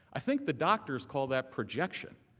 i think the doctors call that projection.